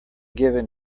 given